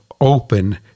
open